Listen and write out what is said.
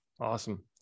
Awesome